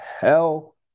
hell